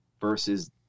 versus